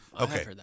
Okay